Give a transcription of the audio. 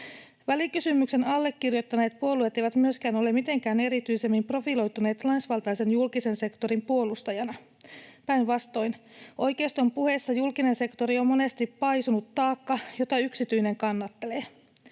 Välikysymyksen allekirjoittaneet puolueet eivät myöskään ole mitenkään erityisemmin profiloituneet naisvaltaisen julkisen sektorin puolustajina, päinvastoin. Oikeiston puheessa julkinen sektori on monesti paisunut taakka, jota yksityinen kannattelee.